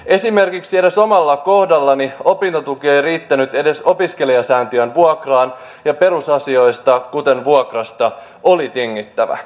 esimerkiksi edes omalla kohdallani opintotuki ei riittänyt edes opiskelijasäätiön vuokraan ja perusasioista kuten vuokrasta oli tingittävä